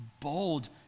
bold